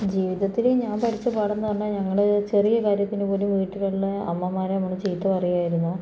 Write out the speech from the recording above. ജീവിതത്തില് ഞാൻ പഠിച്ച പാഠമെന്ന് പറഞ്ഞാൽ ഞങ്ങള് ചെറിയ കാര്യത്തിന് പോലും വീട്ടിലുള്ള അമ്മമാരെ നമ്മള് ചീത്ത പറയുവായിരുന്നു